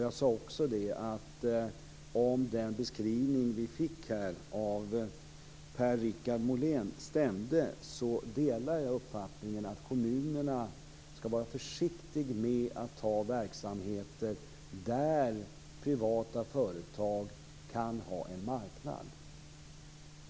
Jag sade också att om den beskrivning som vi fick av Per-Richard Molén stämmer, delar jag uppfattningen att kommunerna skall vara försiktiga med att ta verksamheter där privata företag kan ha en marknad.